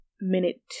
minute